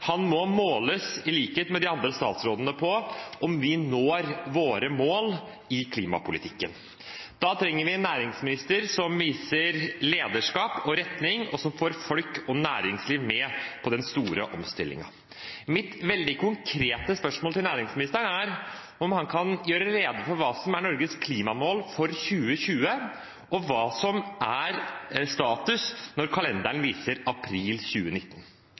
Han må måles, i likhet med de andre statsrådene, på om vi når våre mål i klimapolitikken. Da trenger vi en næringsminister som viser lederskap og retning, og som får folk og næringsliv med på den store omstillingen. Mitt veldig konkrete spørsmål til næringsministeren er om han kan gjøre rede for hva som er Norges klimamål for 2020, og hva som er status når kalenderen viser april 2019.